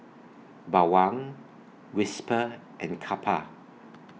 Bawang Whisper and Kappa